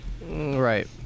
right